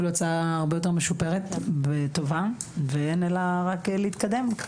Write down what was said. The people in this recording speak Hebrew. אפילו הצעה הרבה יותר משופרת וטובה ואין אלא רק להתקדם.